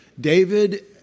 David